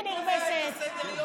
איזה נרמסת.